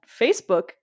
facebook